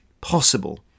possible